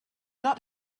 not